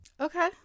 okay